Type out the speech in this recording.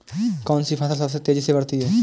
कौनसी फसल सबसे तेज़ी से बढ़ती है?